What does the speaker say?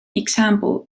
example